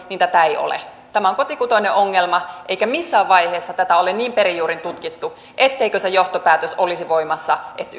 niin tätä ei ole tämä on kotikutoinen ongelma eikä missään vaiheessa tätä ole niin perin juurin tutkittu etteikö se johtopäätös olisi voimassa että